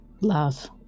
Love